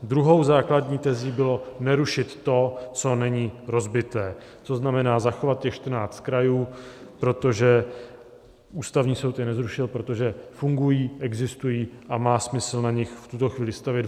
Druhou základní tezí bylo nerušit to, co není rozbité, to znamená zachovat těch 14 krajů, protože Ústavní soud je nezrušil, protože fungují, existují a má smysl na nich v tuto chvíli stavět.